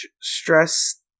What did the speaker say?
stress